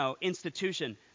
institution